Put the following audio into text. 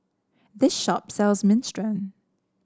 this shop sells Minestrone